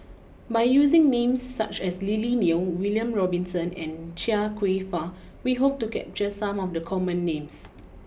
by using names such as Lily Neo William Robinson and Chia Kwek Fah we hope to capture some of the common names